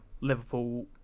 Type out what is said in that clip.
Liverpool